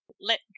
let